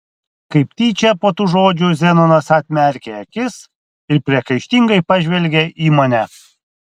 kaip tyčia po tų žodžių zenonas atmerkė akis ir priekaištingai pažvelgė į mane